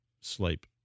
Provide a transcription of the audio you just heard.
sleep